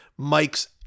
Mike's